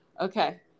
Okay